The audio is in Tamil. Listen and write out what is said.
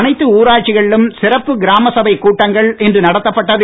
அனைத்து ஊராட்சிகளிலும் சிறப்பு கிராமச் சபை கூட்டங்கள் இன்று நடத்தப்பட்டது